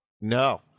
No